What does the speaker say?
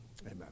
amen